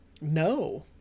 No